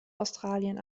australien